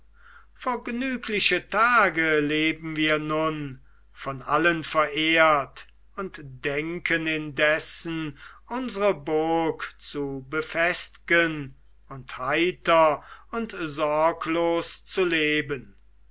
vergnügliche tage leben wir nun von allen verehrt und denken indessen unsre burg zu befestgen und heiter und sorglos zu leben